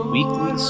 Weekly